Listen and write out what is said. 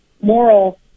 moral